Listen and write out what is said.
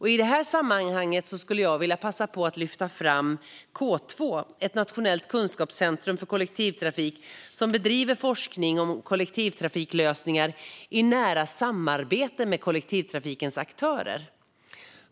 I detta sammanhang skulle jag vilja passa på att lyfta fram K2, ett nationellt kunskapscentrum för kollektivtrafik som bedriver forskning om kollektivtrafiklösningar i nära samarbete med kollektivtrafikens aktörer.